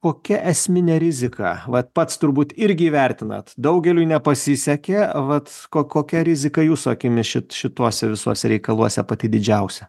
kokia esminė rizika vat pats turbūt irgi įvertinat daugeliui nepasisekė vat ko kokia rizika jūsų akimis šit šituose visuose reikaluose pati didžiausia